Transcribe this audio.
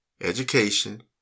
Education